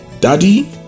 daddy